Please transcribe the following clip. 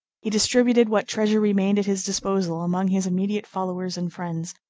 he distributed what treasure remained at his disposal among his immediate followers and friends,